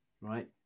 right